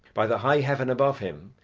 by the high heaven above him,